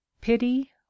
pity